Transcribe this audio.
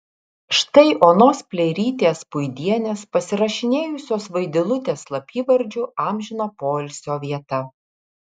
štai onos pleirytės puidienės pasirašinėjusios vaidilutės slapyvardžiu amžino poilsio vieta